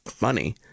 money